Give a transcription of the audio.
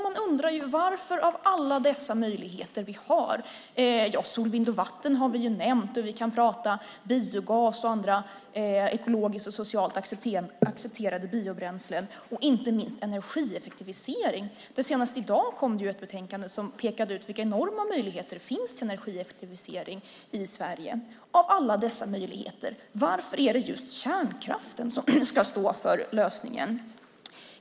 Man undrar varför han väljer det av alla dessa möjligheter vi har. Sol, vind och vatten har vi nämnt. Vi kan tala om biogas och andra ekologiskt och socialt accepterade biobränslen och inte minst energieffektivisering. Senast i dag kom ett betänkande som pekade ut vilka enorma möjligheter det finns till energieffektivisering i Sverige. Varför är det just kärnkraften som ska stå för lösningen av alla dessa möjligheter?